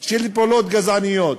של פעולות גזעניות,